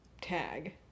tag